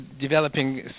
developing